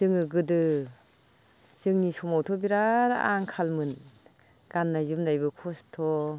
जोङो गोदो जोंनि समावथ' बिराद आंखालमोन गाननाय जोमनायबो खस्थ'